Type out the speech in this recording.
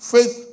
Faith